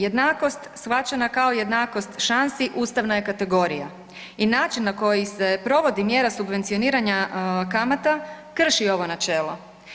Jednakost shvaćena kao jednakost šansi ustavna je kategorija i način na koji se provodi mjera subvencioniranja kamata krši ovo načelo.